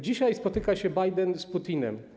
Dzisiaj spotyka się Biden z Putinem.